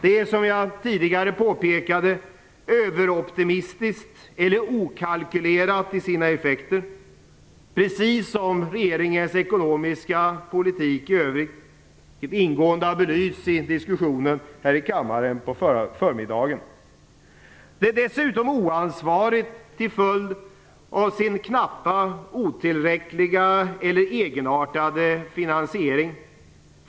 Det är, som jag tidigare påpekade, överoptimistiskt eller okalkylerat till sina effekter, precis som regeringens ekonomiska politik i övrigt, vilket ingående har belysts i diskussionen här i kammaren på förmiddagen. Det är dessutom oansvarigt till följd av sin knappa, otillräckliga eller egenartade finansiering.